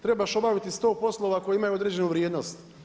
Trebaš obaviti sto poslova koji imaju određenu vrijednost.